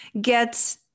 get